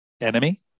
enemy